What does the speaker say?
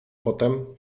potem